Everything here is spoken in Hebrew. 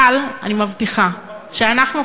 אבל אני מבטיחה שאנחנו,